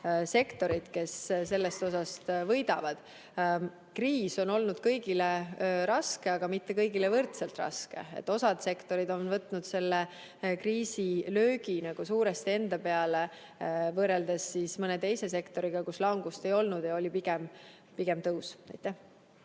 sektorid, kes sellest osast võidavad. Kriis on olnud kõigile raske, aga mitte kõigile võrdselt raske. Osa sektoreid on võtnud selle kriisi löögi suuresti enda peale võrreldes mõne teise sektoriga, kus langust ei olnud, vaid oli pigem tõus.